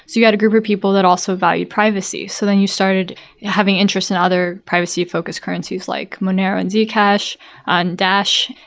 so you got a group of people that also value privacy, so then you started having interest in other privacy focused currencies, like minera and zcash and dash.